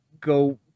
go